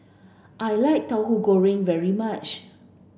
I like Tahu Goreng very much